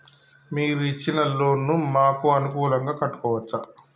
మీరు ఇచ్చిన లోన్ ను మాకు అనుకూలంగా కట్టుకోవచ్చా?